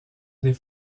des